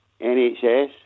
NHS